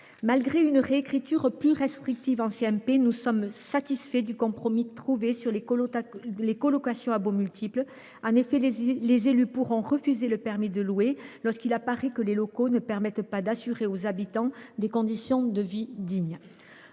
lors de la commission mixte paritaire, nous sommes satisfaits du compromis trouvé sur les colocations à baux multiples. En effet, les élus pourront refuser le permis de louer lorsqu’il apparaît que les locaux ne permettent pas d’assurer aux habitants des conditions de vie digne.